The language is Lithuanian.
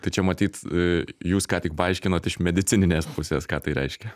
tai čia matyt a jūs ką tik paaiškinot iš medicininės pusės ką tai reiškia